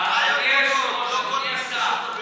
כבוד השר.